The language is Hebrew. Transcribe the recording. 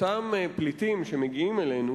אותם פליטים שמגיעים אלינו,